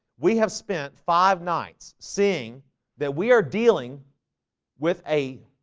we have spent five nights seeing that we are dealing with a